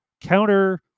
counter